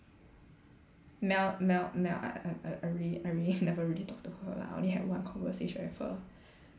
Mel Mel Mel I I I really I really never really talk to her lah I only had one conversation with her